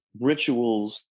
rituals